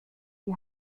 sie